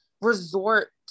resort